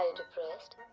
depressed,